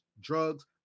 drugs